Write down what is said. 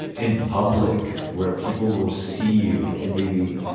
and public where people will see you and maybe